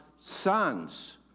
sons